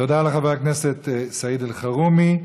תודה לחבר הכנסת סעיד אלחרומי.